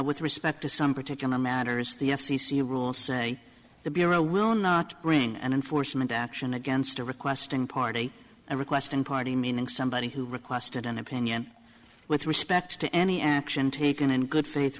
with respect to some particular matters the f c c rules say the bureau will not bring an enforcement action against a requesting party and request and party meaning somebody who requested an opinion with respect to any action taken in good faith